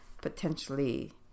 potentially